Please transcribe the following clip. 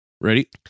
Ready